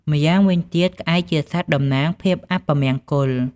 ម្យ៉ាងវិញទៀតក្អែកជាសត្វតំណាងភាពអពមង្គល។